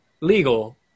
legal